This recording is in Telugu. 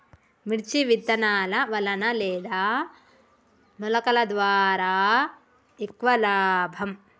మిర్చి విత్తనాల వలన లేదా మొలకల ద్వారా ఎక్కువ లాభం?